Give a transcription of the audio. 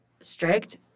strict